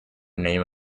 name